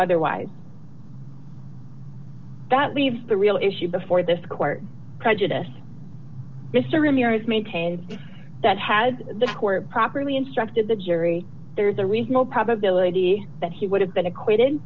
otherwise that leaves the real issue before this court prejudiced mr ramirez maintains that had the court properly instructed the jury there's a reasonable probability that he would have been acquitted